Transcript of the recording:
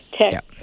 tech